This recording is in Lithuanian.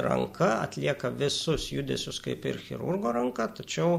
ranka atlieka visus judesius kaip ir chirurgo ranka tačiau